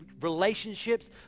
relationships